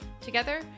Together